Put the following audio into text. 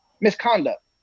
misconduct